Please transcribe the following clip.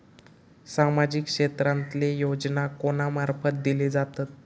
सामाजिक क्षेत्रांतले योजना कोणा मार्फत दिले जातत?